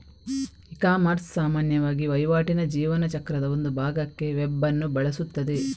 ecommerce ಸಾಮಾನ್ಯವಾಗಿ ವಹಿವಾಟಿನ ಜೀವನ ಚಕ್ರದ ಒಂದು ಭಾಗಕ್ಕೆ ವೆಬ್ ಅನ್ನು ಬಳಸುತ್ತದೆ